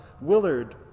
Willard